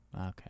Okay